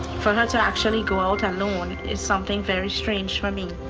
for her to actually go out alone is something very strange for me.